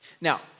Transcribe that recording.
Now